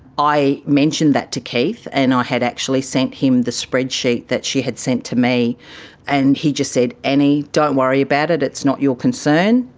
i mentioned that to keith and i had actually sent him the spreadsheet that she had sent to me and he just said, annie, don't worry about it, it's not your concern,